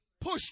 push